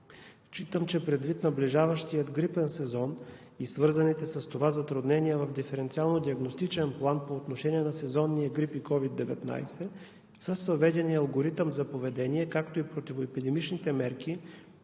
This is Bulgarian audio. Считам, че предвид наближаващия грипен сезон и свързаните с това затруднения в диференциално-диагностичен план по отношение на сезонния грип и COVID-19 с въведения алгоритъм за поведение, както и от противоепидемичните мерки,